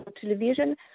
television